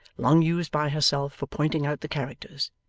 long used by herself for pointing out the characters,